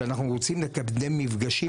שאנחנו רוצים לקיים מפגשים,